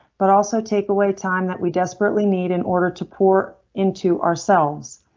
but also take away time that we desperately need in order to pour into ourselves.